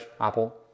apple